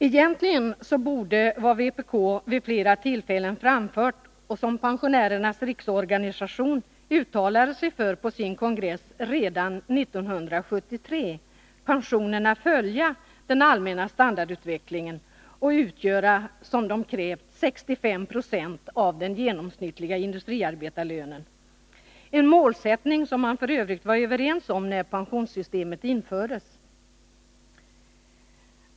Egentligen borde i enlighet med vad vpk vid flera tillfällen framfört — och som Pensionärernas riksorganisation uttalade sig för på sin kongress redan 1973 — pensionerna följa den allmänna standardutvecklingen och utgöra 65 26 av den genomsnittliga industriarbetarlönen — en målsättning som man var överens om när nuvarande pensionssystem infördes.